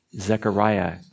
Zechariah